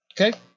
Okay